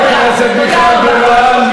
את משחררת את השטויות שלך.